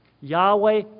Yahweh